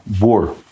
war